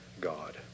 God